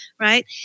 Right